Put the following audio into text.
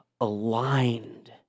aligned